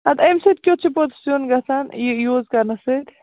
اَدٕ اَمہِ سۭتۍ کیُتھ چھُ پوٚتُس سیُن گژھان یہِ یوٗز کَرنہٕ سۭتۍ